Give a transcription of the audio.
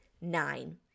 nine